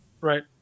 Right